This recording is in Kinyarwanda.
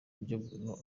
kuburyo